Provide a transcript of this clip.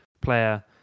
player